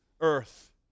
earth